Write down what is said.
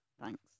Thanks